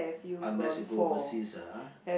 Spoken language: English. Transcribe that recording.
unless you go overseas ah ha